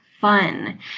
fun